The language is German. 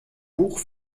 buch